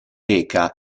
reca